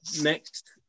Next